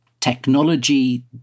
technology